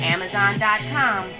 Amazon.com